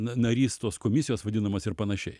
na narys tos komisijos vadinamos ir panašiai